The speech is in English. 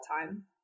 time